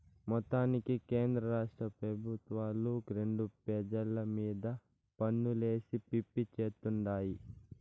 మొత్తానికి కేంద్రరాష్ట్ర పెబుత్వాలు రెండు పెజల మీద పన్నులేసి పిప్పి చేత్తుండాయి